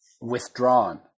withdrawn